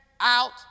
out